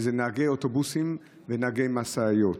וזה בנהגי אוטובוסים ובנהגי משאיות.